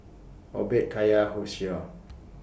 Obed Kaya Hosea